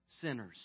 sinners